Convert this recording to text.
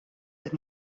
qed